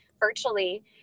virtually